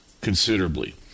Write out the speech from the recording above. considerably